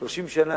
30 שנה,